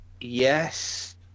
Yes